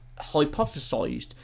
hypothesized